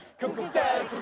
kung tta.